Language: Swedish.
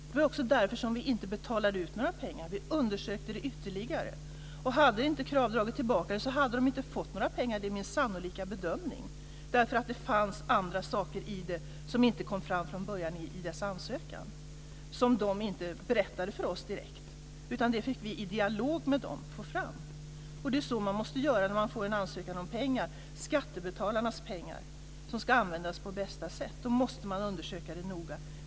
Det var också därför vi inte betalade ut några pengar. Vi undersökte detta ytterligare, och hade inte Krav dragit tillbaka sin ansökan hade man inte fått några pengar. Det är min sannolika bedömning. Det fanns nämligen andra saker i detta som inte kom fram från början i Krav:s ansökan, saker som man inte berättade för oss direkt utan som vi fick fram i dialog med Krav. Det är så man måste göra när man får en ansökan om pengar, skattebetalarnas pengar som ska användas på bästa sätt. Man måste undersöka det noga.